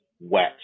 wet